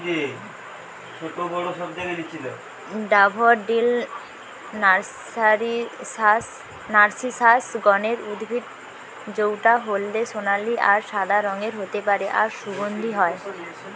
daffodil narcissus গণের উদ্ভিদ জউটা হলদে সোনালী আর সাদা রঙের হতে পারে আর সুগন্ধি হয়